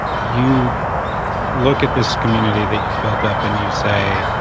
you look at this community that you've built up and you say,